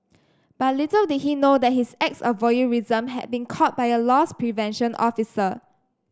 but little did he know that his acts of voyeurism had been caught by a loss prevention officer